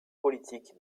politique